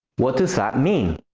what does that mean?